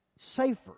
safer